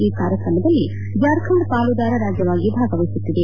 ಈ ಕಾರ್ಯಕ್ರಮದಲ್ಲಿ ಜಾರ್ಖಂಡ್ ಪಾಲುದಾರ ರಾಜ್ಲವಾಗಿ ಭಾಗವಹಿಸುತ್ತಿದೆ